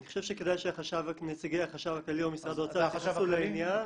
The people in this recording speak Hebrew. אני חושב שכדאי שנציגי החשב הכללי או משרד האוצר ייכנסו לעניין.